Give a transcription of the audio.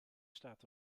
staat